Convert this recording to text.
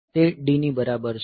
તે D ની બરાબર છે